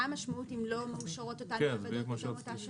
מה המשמעות אם לא מאושרות אותן מעבדות בתום אותה שנה?